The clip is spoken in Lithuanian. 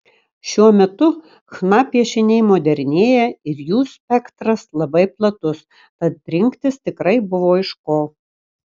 šiuo metu chna piešiniai modernėja ir jų spektras labai platus tad rinktis tikrai buvo iš ko